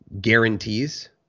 guarantees